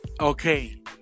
Okay